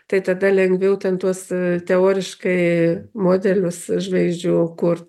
tai tada lengviau ten tuos teoriškai modelius žvaigždžių kurt